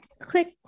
click